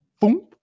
boom